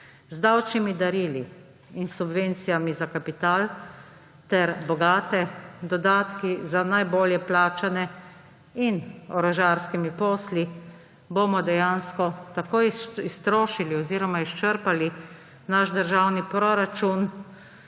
z davčnimi darili in subvencijami za kapital ter bogate, dodatki za najbolj plačane in orožarskimi posli bomo dejansko tako iztrošili oziroma izčrpali naš državni proračun,